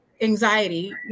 anxiety